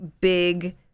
big